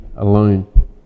alone